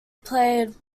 played